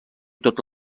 tot